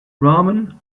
rahman